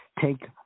take